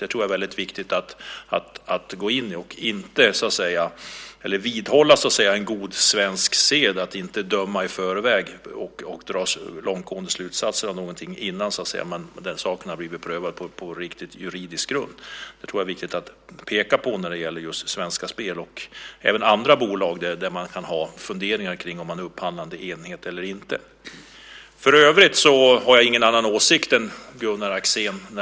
Det är viktigt att vidhålla en god svensk sed att inte döma i förväg och dra långtgående slutsatser innan en sak har blivit prövad på juridisk grund. Det är viktigt att peka på när det gäller Svenska spel och andra bolag där man kan ha funderingar kring om man är upphandlande enhet eller inte. För övrigt har jag ingen annan åsikt än Gunnar Axén.